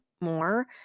more